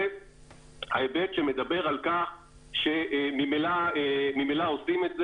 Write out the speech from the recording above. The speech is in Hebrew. ההיבט שמדבר על כך שממילא עושים את זה,